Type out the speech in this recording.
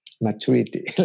maturity